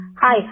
Hi